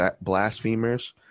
blasphemers